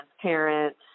transparent